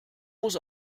muss